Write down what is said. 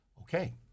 Okay